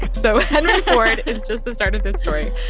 so henry ford is just the start of this story.